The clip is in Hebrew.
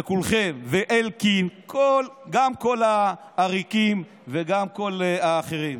וכולכם, ואלקין, גם כל העריקים וגם כל האחרים: